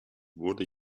wurde